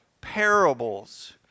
Parables